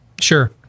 Sure